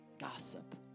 gossip